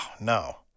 no